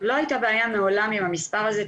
לא הייתה בעיה מעולם עם המספר הזה,